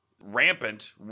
rampant